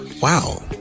Wow